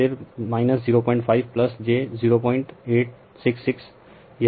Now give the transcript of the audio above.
फिर 05j 0866 यह 0 हो जाएगा